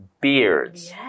beards